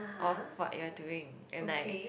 of what you are doing and like